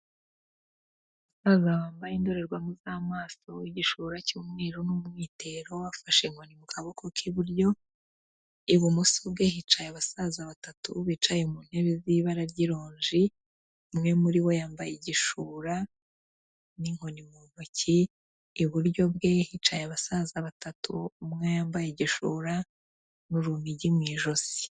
Umusaza wambaye indorerwamo z'amaso, igishura cy'umweru n'umwitero afashe inkoni mu kaboko k'iburyo, ibumoso bwe hicaye abasaza batatu bicaye mu ntebe z'ibara ry'iroji, umwe muri bo yambaye igishura, n'inkoni mu ntoki. Iburyo bwe hicaye abasaza batatu, umwe yambaye igishura, n'urunigi mu ijosi.